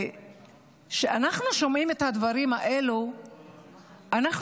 וכשאנחנו שומעים את הדברים האלה אנחנו